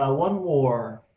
ah one more.